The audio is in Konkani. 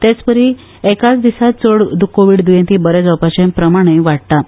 तेचपरी एकाच दिसा चड कोविड द्येंती बरे जावपाचे प्रमाणूय वाडटा